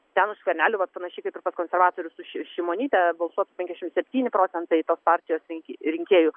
ten skvernelio vat panašiai kaip ir konservatorius už šimonytę balsuotų penkiasdešim septyni procentai tos partijos rin rinkėjų